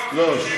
750, לא.